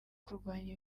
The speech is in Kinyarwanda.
kurwanya